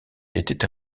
était